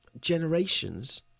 generations